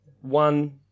One